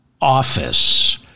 office